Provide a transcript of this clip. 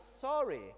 sorry